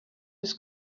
his